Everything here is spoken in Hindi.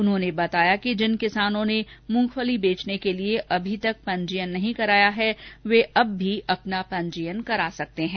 उन्होंने बताया कि जिन किसानों ने मूंगफली बेचान के लिए पंजीयन नहीं कराया है वे अभी भी अपना पंजीयन करा सकते है